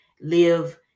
live